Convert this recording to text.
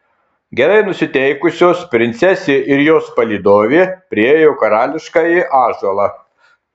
gerai nusiteikusios princesė ir jos palydovė priėjo karališkąjį ąžuolą